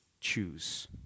choose